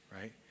right